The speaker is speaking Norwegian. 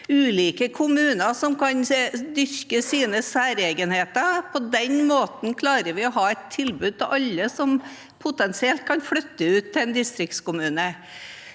ulike kommuner som kan dyrke sine særegenheter. På den måten klarer vi å ha et tilbud til alle som potensielt kan flytte ut til en distriktskommune.